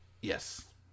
Yes